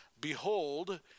behold